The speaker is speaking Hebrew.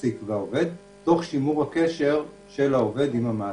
תוך שימור הקשר של העובד עם המעסיק.